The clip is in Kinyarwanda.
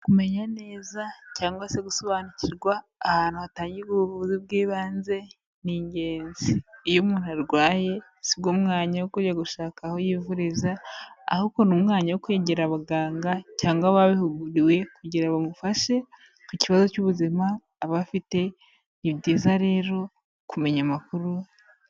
Kumenya neza cyangwa se gusobanukirwa ahantu hatangirwa ubuvuzi bw'ibanze ni ingenzi. Iyo umuntu arwaye sibwo umwanya ukwiye gushaka aho yivuriza, ahubwo ni umwanya wo kwegera abaganga cyangwa ababihuguriwe kugira ngo bamufashe ku kibazo cy'ubuzima aba afite, ni byiza rero kumenya amakuru.